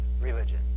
religion